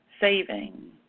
saving